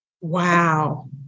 Wow